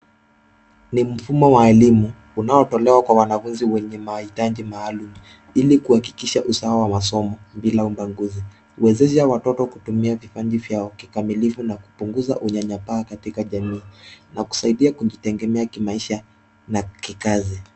Ni mfumo wa elimu unaotolewa kwa wanafunzi wenye mahitaji maalum ili kuhakikisha usawa wa masomo bila ubaguzi. Huwezesha wanafunzi kutumia vipaji vyao kikamilifu na kupunga unyanyapaa katika jamii na kusaidia kujitegemea kimaisha na kikazi.